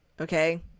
Okay